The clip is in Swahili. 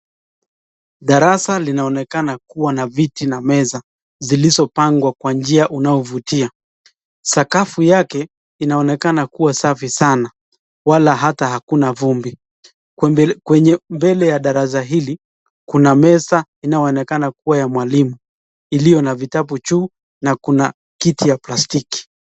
Darasa linaonekana kuwa na vitu na meza, zilizopangwa kwa njia unao vutia. Sakafu yake inaonekana kuwa safi sana, Wala hata hakuna vumbi. Mbele ya darasa hili kuna meza inayo onekana kuwa ya mwalimu iliyo na vitabu juu na kuna kiti ya plastiki.